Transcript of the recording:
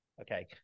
Okay